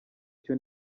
cyo